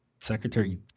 Secretary